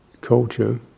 culture